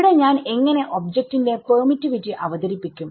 ഇവിടെ ഞാൻ എങ്ങനെ ഒബ്ജെക്റ്റിന്റെ പെർമിറ്റിവിറ്റിഅവതരിപ്പിക്കും